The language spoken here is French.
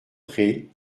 pré